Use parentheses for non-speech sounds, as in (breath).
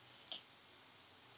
(breath)